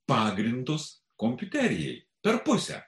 pagrindus kompiuterijai per pusę